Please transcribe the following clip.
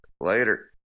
Later